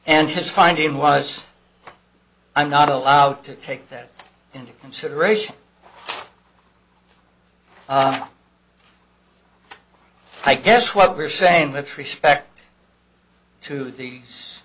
and his finding was i'm not allowed to take that into consideration i guess what we're saying with respect to these